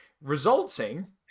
Resulting